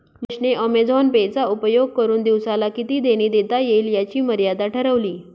महेश ने Amazon Pay चा उपयोग करुन दिवसाला किती देणी देता येईल याची मर्यादा ठरवली